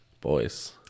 boys